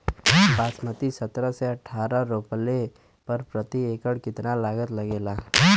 बासमती सत्रह से अठारह रोपले पर प्रति एकड़ कितना लागत अंधेरा?